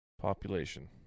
population